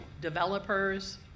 developers